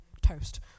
toast